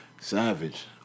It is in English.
Savage